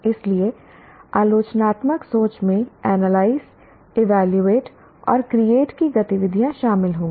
इसलिए आलोचनात्मक सोच में एनालाइज वैल्युएट और क्रिएट की गतिविधियाँ शामिल होंगी